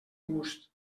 gust